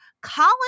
Colin